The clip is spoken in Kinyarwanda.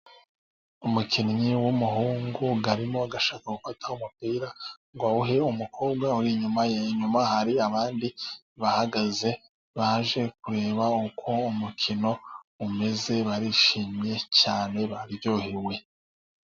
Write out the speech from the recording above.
Umukinnyi w'umuhungu arimo ashaka umupira ngo awuhe umukobwa uri inyuma. Inyuma hari abandi bahagaze baje kureba uko umukino umeze barishimye cyane baryohewe.